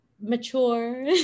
mature